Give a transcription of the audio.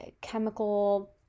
chemical